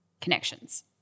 connections